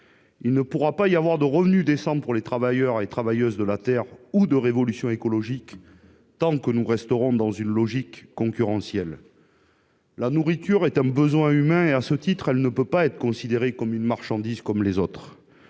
Il ne pourra pas y avoir de revenu décent pour les travailleurs de la terre ou de révolution écologique tant que nous resterons dans une logique concurrentielle. La nourriture est un besoin humain ; à ce titre, elle ne peut pas être considérée comme une marchandise comme les autres.